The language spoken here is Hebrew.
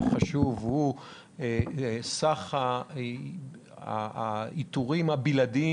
החשוב הוא - סך האיתורים הבלעדיים